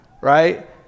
Right